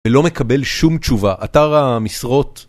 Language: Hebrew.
ולא מקבל שום תשובה, אתר המשרות